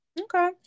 Okay